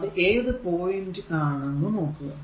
അത് ഏതു പോയിന്റ് ആണെന്ന് നോക്കുക